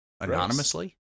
Anonymously